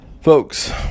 Folks